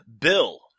Bill